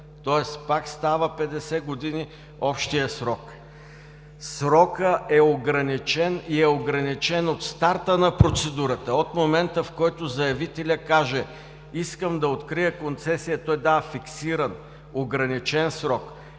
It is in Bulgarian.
срок пак става 50 години. Срокът е ограничен и е ограничен от старта на процедурата, от момента, в който заявителят каже: „Искам да открия концесия“, той дава фиксиран, ограничен срок.